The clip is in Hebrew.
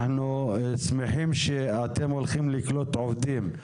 אנחנו שמחים שאתם הולכים לקלוט עובדים,